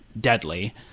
deadly